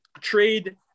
trade